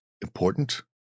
important